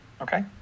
Okay